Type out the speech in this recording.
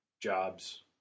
jobs